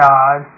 God